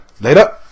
Later